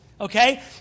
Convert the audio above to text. okay